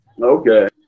okay